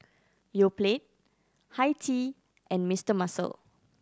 Yoplait Hi Tea and Mister Muscle